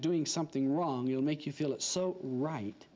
doing something wrong you'll make you feel it's so right